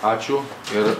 ačiū ir